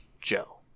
Joe